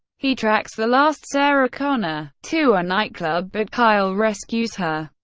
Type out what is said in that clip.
he tracks the last sarah connor to a nightclub, but kyle rescues her.